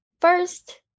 first